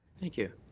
thank you.